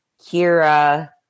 Kira